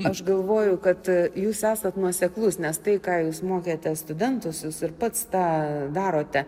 aš galvoju kad jūs esat nuoseklus nes tai ką jūs mokėte studentus jūs ir pats tą darote